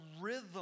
rhythm